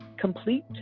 complete